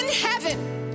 heaven